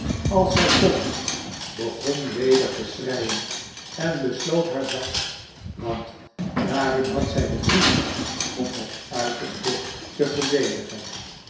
als zij kon begon weder te schreien en besloot haar zak want daarin had zij den brief tot het uiterste te verdedigen